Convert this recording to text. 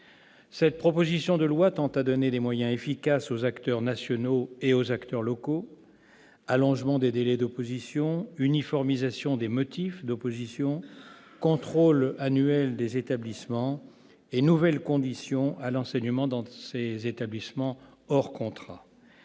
Cette proposition de loi tend à donner des moyens efficaces aux acteurs nationaux et aux acteurs locaux : allongement des délais d'opposition, uniformisation des motifs d'opposition, contrôle annuel des établissements et nouvelles conditions à l'enseignement dans ces établissements hors contrat.